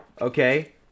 Okay